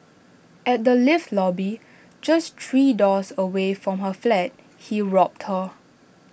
at the lift lobby just three doors away from her flat he robbed her